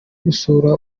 gusura